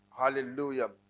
Hallelujah